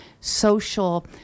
social